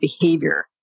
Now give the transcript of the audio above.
behavior